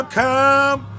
come